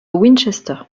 winchester